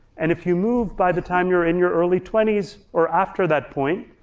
and if you move by the time you're in your early twenty s or after that point,